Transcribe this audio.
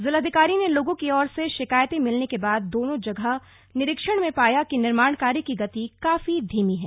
जिलाधिकारी ने लोगों की ओर से शिकायतें मिलने के बाद दोनों जगह निरीक्षण में पाया कि निर्माण कार्य की गति काफी धीमी है